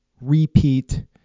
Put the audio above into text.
repeat